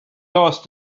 lost